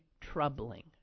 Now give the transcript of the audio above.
troubling